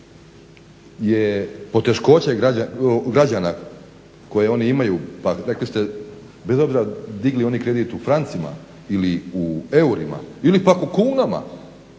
je poteškoće građana koje oni imaju rekli ste bez obzir digli oni kredit u francima ili u eurima ili pak u kunama